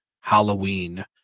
Halloween